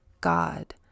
God